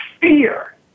fear